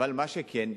אבל מה שכן,